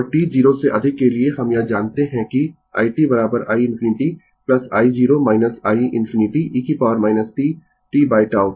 और t 0 से अधिक के लिए हम यह जानते है कि i t i ∞ i0 i ∞ e t tτ